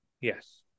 yes